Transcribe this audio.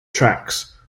tracks